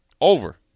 Over